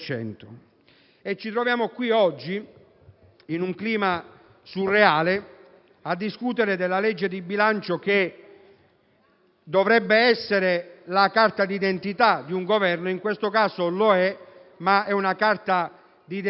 Ci troviamo qui oggi, in un clima surreale, a discutere del disegno di legge di bilancio che dovrebbe essere la carta d'identità di un Governo. In questo caso lo è, ma è una carta d'identità che